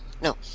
no